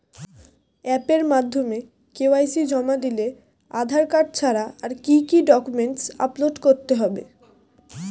অ্যাপের মাধ্যমে কে.ওয়াই.সি জমা দিলে আধার কার্ড ছাড়া আর কি কি ডকুমেন্টস আপলোড করতে হবে?